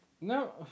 No